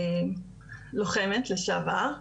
אני לוחמת לשעבר.